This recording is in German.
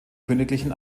königlichen